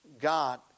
God